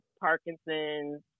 Parkinson's